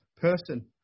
person